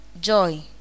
joy